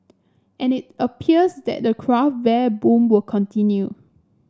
and it appears that the craft bear boom will continue